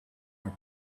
are